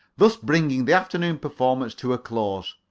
thus bringing the afternoon performance to a close.